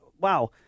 Wow